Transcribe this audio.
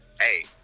Hey